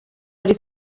ari